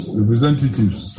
representatives